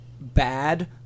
bad